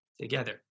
together